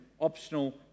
optional